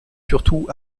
surtout